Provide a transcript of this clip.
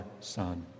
Son